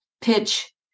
pitch